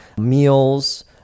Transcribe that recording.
meals